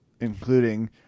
including